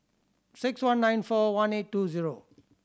six one nine four one eight two zero